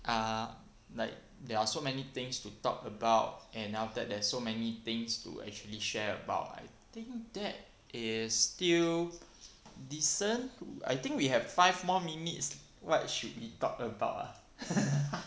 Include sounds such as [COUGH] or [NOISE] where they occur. err like there are so many things to talk about and after that there is so many things to actually share about I think that is still decent I think we have five more minutes what should we talk about ah [LAUGHS]